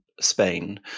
Spain